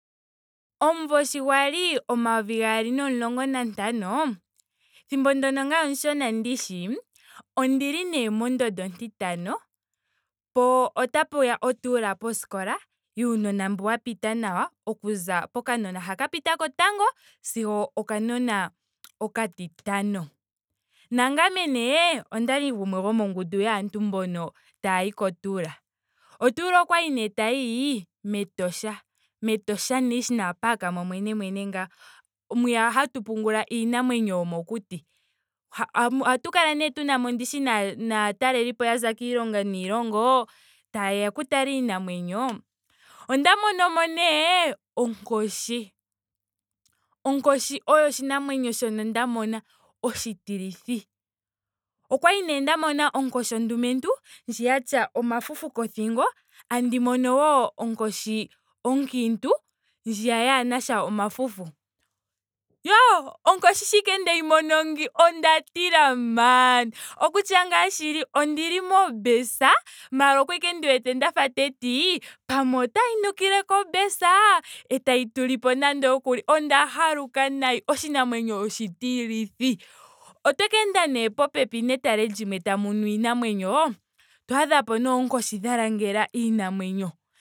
Omumvo sho kwali omayovi gaali nomulongo nantano. ethimbo ndyono ngame omushona ndishi. ondili nee mondondo ontintano. po otapuya otuula poskola yuunona mbu wa pita nawa okuza ha ka pita nawa okuza ponomola yotango. sigo okanona okatitano. Nangame nee okwali gomongundu yaantu mboka taayi kotuula otuula okwali nee tayiyi metosha. metosha national park momwene mwene ngaa. mwiya hatu pungula iinamwenyo yomokuti. Ohatu kala nee ndishi tunamo na- naatalelipo yaza kiilongo niilongo tayeya okutala iinamwenyo. Onda mono mo nee onkoshi. Onkoshi oyo oshinamwenyo shoka nda mona oshitilithi. Okwali nee nda mona onkoshi ondumentu. ndji ya tya omafufu kothingo. tandi mono wo onkoshi onkiintu. ndjiya yaanasha omafufu. Yoh onkoshi sho ashike ndeyi mono ngeyi. onda tila maan. Okutya ngaa shili ondili mobus. maara okwali ashike ndi wete ndafa teti pamwe otayi nukile ko bus? Etayi tu lipo nando ookuli. Onda haluka nayi. oshinamwenyo oshitilithi. Otwaka ende nee pooha netale limwe tamu nu iinamwenyo. otwaadha nee oonkoshi dha langela iinamwenyo